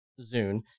Zune